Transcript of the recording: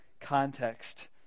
context